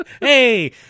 Hey